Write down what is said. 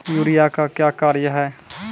Urea का क्या कार्य हैं?